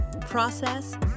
Process